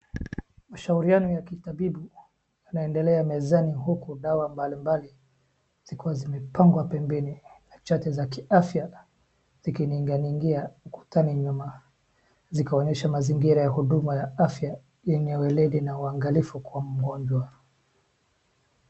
Ushauriano ya kitabibu unaendelea mezani huku huku dawa mbali mbali zikiwa zimepangwa pembeni, na chache za kiafya zikininganingia kutani nyuma, zikaonyesha mazingira ya huduma ya afya yenye weledi na uangalifu kwa mgonjwa.